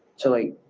so, like,